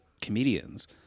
comedians